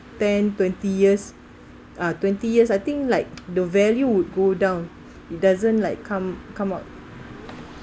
ten twenty years ah twenty years I think like the value would go down it doesn't like come come out